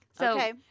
Okay